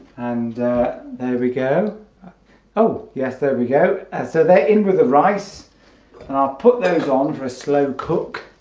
and there we go oh yes there we go and so that in with the rice and i'll put those on for a slow cook